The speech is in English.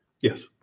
Yes